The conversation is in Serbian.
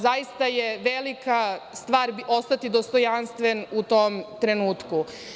Zaista je velika stvar ostati dostojanstven u tom trenutku.